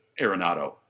Arenado